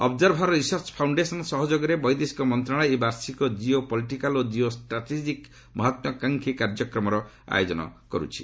observer Research Foundation ସହଯୋଗରେ ବୈଦେଶିକ ମନ୍ତ୍ରଣାଳୟ ଏହି ବାର୍ଷିକ ଜିଓ ପଲିଟିକାଲ୍ ଓ ଜିଓ ଷ୍ଟ୍ରାଟେଜିକ ମହତ୍ୱାକାଂକ୍ଷୀ କାର୍ଯ୍ୟକ୍ରମର ଆୟୋଜନ କରୁଛି